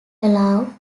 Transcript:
allow